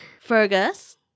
Fergus